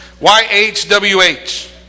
Y-H-W-H